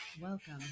Welcome